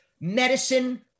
medicine